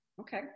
Okay